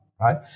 right